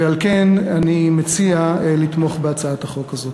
ועל כן אני מציע לתמוך בהצעת החוק הזאת.